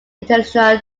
international